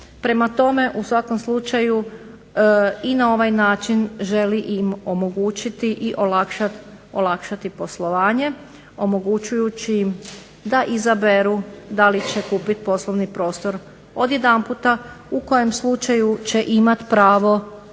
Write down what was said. prema tome u svakom slučaju i na ovaj način želi im omogućiti i olakšati poslovanje, omogućujući im da izaberu da li će kupiti poslovni prostor odjedanput u kojem slučaju će imati pravo